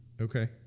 Okay